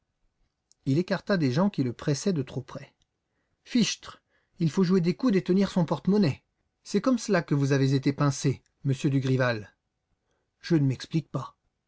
il écarta des gens qui le pressaient de trop près fichtre il faut jouer des coudes et tenir son porte-monnaie c'est comme cela que vous avez été pincé monsieur dugrival je ne m'explique pas